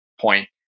point